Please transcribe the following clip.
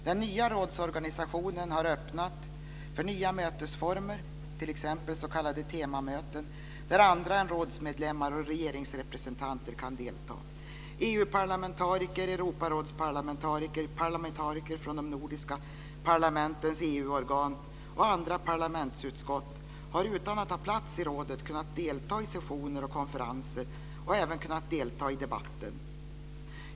Den nya rådsorganisationen har öppnat för nya mötesformer, t.ex. s.k. temamöten, där andra än rådsmedlemmar och regeringsrepresentanter kan delta. EU-parlamentariker, Europarådsparlamentariker och parlamentariker från de nordiska parlamentens EU-organ och andra parlamentsutskott har utan att ha plats i rådet kunnat delta i sessioner och konferenser och även kunnat delta i debatten.